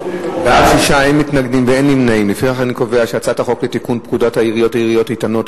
ההצעה להעביר את הצעת חוק לתיקון פקודת העיריות (עיריות איתנות),